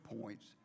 points